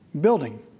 building